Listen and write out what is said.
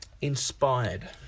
inspired